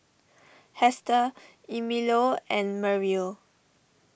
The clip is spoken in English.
Hester Emilio and Merrill